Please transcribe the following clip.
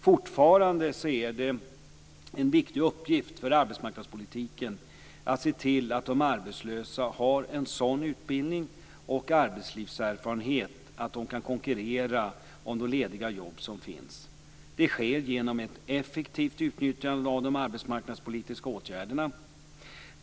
Fortfarande är det en viktig uppgift för arbetsmarknadspolitiken att se till att de arbetslösa har en sådan utbildning och arbetslivserfarenhet att de kan konkurrera om de lediga jobb som finns. Det sker genom ett effektivt utnyttjande av de arbetsmarknadspolitiska åtgärderna.